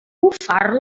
bufar